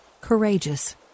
courageous